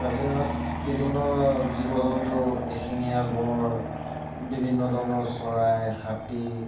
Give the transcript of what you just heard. কাজিৰঙাত বিভিন্ন জীৱ জন্তু এশিঙীয়া গঁড় বিভিন্ন ধৰণৰ চৰাই হাতী